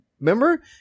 remember